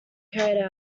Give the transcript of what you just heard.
carried